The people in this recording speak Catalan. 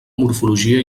morfologia